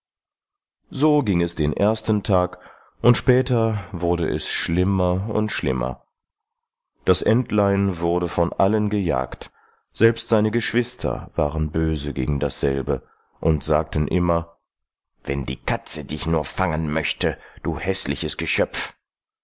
so ging es den ersten tag und später wurde es schlimmer und schlimmer das entlein wurde von allen gejagt selbst seine geschwister waren böse gegen dasselbe und sagten immer wenn die katze dich nur fangen möchte du häßliches geschöpf